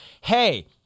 Hey